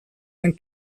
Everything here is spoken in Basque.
den